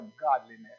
godliness